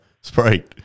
Sprite